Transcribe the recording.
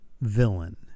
villain